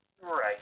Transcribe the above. Right